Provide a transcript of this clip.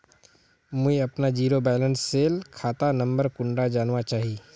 मुई अपना zero balance सेल खाता नंबर कुंडा जानवा चाहची?